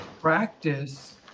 practice